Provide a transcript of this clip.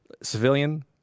civilian